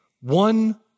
one